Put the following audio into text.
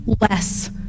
less